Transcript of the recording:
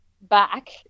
back